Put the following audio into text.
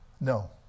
No